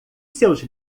seus